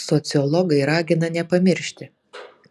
sociologai ragina nepamiršti